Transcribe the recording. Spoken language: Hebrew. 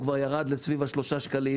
כבר ירד לכ-3 שקלים.